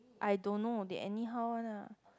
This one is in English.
I don't know they anyhow one lah